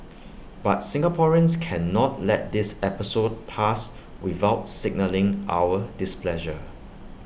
but Singaporeans cannot let this episode pass without signalling our displeasure